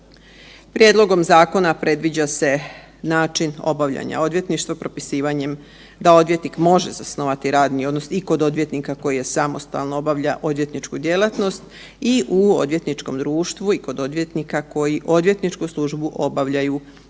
Prijedlogom zakona predviđa se način obavljanja odvjetništva propisivanjem da odvjetnik može zasnovati radni odnos i kod odvjetnika koji samostalno obavlja odvjetničku djelatnost i u odvjetničkom društvu i kod odvjetnika koji odvjetničku službu obavljaju u